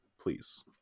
please